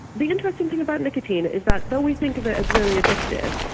the interesting thing about nicotine is that though we think of it as really addictive,